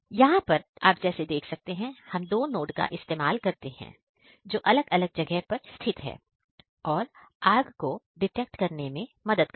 यहां पर हम दो नोड का इस्तेमाल करते हैं जो अलग अलग जगह पर स्थित है और आग को डिटेक्ट करने में मदद करता है